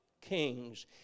kings